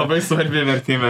labai svarbi vertybė